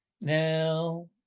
Now